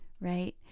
right